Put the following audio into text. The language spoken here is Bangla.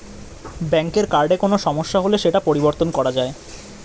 ব্যাঙ্কের কার্ডে কোনো সমস্যা হলে সেটা পরিবর্তন করা যায়